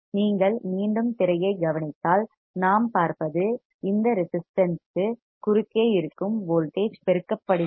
நீங்கள் மீண்டும் திரையைக் கவனித்தால் நாம் பார்ப்பது இந்த ரெசிஸ்டன்ஸ்க்கு குறுக்கே இருக்கும் வோல்டேஜ் பெருக்கப்படுகிறது